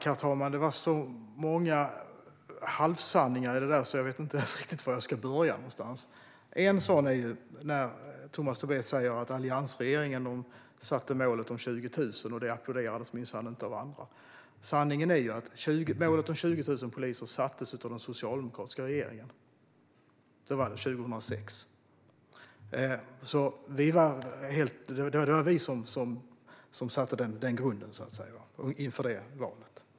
Herr talman! Det var så många halvsanningar i det som sas att jag inte riktigt vet var någonstans jag ska börja. En sådan är när Tomas Tobé säger att alliansregeringen satte målet om 20 000 och att det minsann inte applåderades av andra. Sanningen är att målet om 20 000 poliser sattes av den socialdemokratiska regeringen 2006. Det var vi som satte den grunden inför det valet.